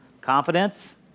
Confidence